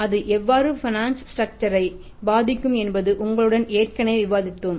அது எவ்வாறு financial structure பாதிக்கும் என்பது உங்களுடன் ஏற்கனவே விவாதித்தோம்